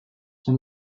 son